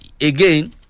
again